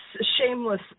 shameless